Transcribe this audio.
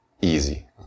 easy